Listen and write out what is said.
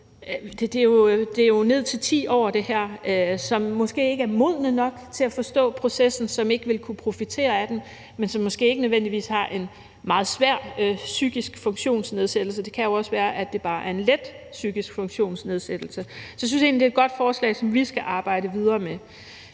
de er jo ned til 10 år – som måske ikke er modne nok til at forstå processen, og som ikke ville kunne profitere af den, men som måske ikke nødvendigvis har en meget svær psykisk funktionsnedsættelse, for det kan jo også være, at det bare er en let psykisk funktionsnedsættelse. Så jeg synes egentlig, det er et godt forslag, som vi skal arbejde videre med.